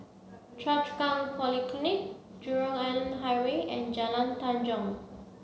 Choa Chu Kang Polyclinic Jurong Island Highway and Jalan Tanjong